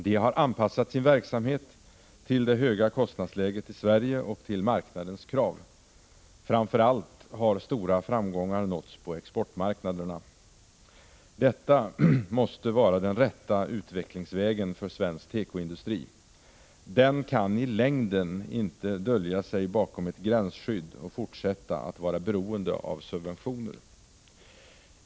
De har anpassat sin verksamhet till det höga kostnadsläget i Sverige och till marknadens krav. Framför allt har stora framgångar nåtts på exportmarknaderna. Detta måste vara den rätta utvecklingsvägen för svensk tekoindustri. Den kan inte i längden dölja sig bakom ett gränsskydd och fortsätta att vara beroende av subventioner.